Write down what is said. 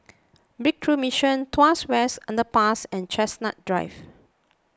Breakthrough Mission Tuas West Underpass and Chestnut Drive